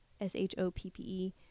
S-H-O-P-P-E